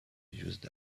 used